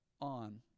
on